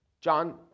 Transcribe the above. John